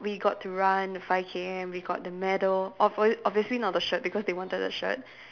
we got to run five K_M we got the medal obv~ obviously not the shirt because they wanted the shirt